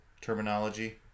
terminology